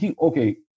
okay